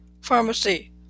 pharmacy